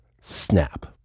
snap